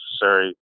necessary